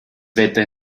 wetter